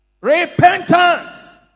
Repentance